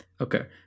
Okay